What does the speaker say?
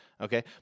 Okay